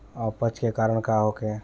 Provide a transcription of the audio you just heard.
अपच के कारण का होखे?